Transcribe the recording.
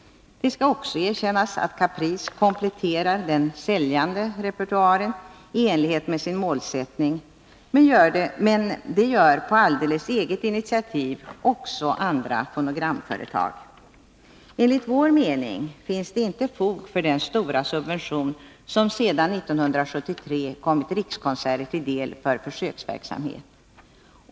Det skall också erkännas att Caprice kompletterar den ”säljande” repertoaren i enlighet med sin målsättning, men det gör på alldeles eget initiativ också andra fonogramföretag. Enligt vår mening finns det inte fog för den stora subvention som sedan 1973 kommit Rikskonserter till del för försöksverksamhet.